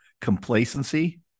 complacency